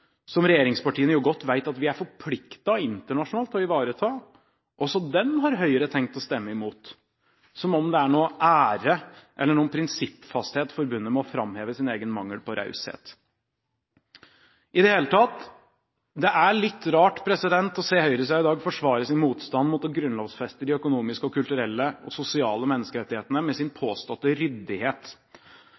som regjeringspartiene jo godt vet at vi er forpliktet internasjonalt til å ivareta: Også den har Høyre tenkt å stemme imot – som om det er noen ære eller noen prinsippfasthet forbundet med å framheve sin egen mangel på raushet. I det hele tatt: Det er litt rart å se høyresiden i dag forsvare sin motstand mot å grunnlovfeste de økonomiske og kulturelle og sosiale menneskerettighetene med sin påståtte ryddighet.